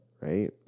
right